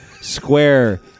square